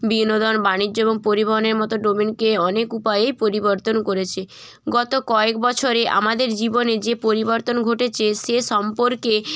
বিনোদন বাণিজ্য এবং পরিবহনের মতো ডোমেনকে অনেক উপায়েই পরিবর্তন করেছে গত কয়েক বছরে আমাদের জীবনের যে পরিবর্তন ঘটেছে সে সম্পর্কে